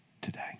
today